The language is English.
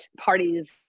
parties